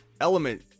Element